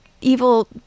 evil